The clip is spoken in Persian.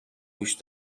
گوش